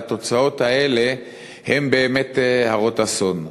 והתוצאות האלה הן באמת הרות אסון.